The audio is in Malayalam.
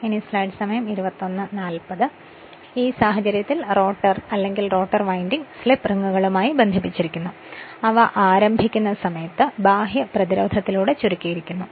അതിനാൽ ഈ സാഹചര്യത്തിൽ റോട്ടർ അല്ലെങ്കിൽ റോട്ടർ വിൻഡിംഗ് സ്ലിപ്പ് റിംഗുകളുമായി ബന്ധിപ്പിച്ചിരിക്കുന്നു അവ ആരംഭിക്കുന്ന സമയത്ത് ബാഹ്യ പ്രതിരോധത്തിലൂടെ ചുരുക്കിയിരിക്കുന്നു